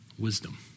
Wisdom